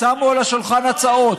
שמו על השולחן על הצעות.